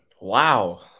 Wow